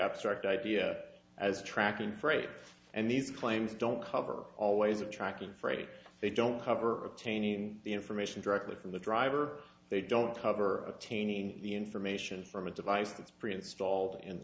abstract idea as tracking freight and these claims don't cover all ways of tracking freight they don't cover obtaining the information directly from the driver they don't cover obtaining the information from a device that's pre installed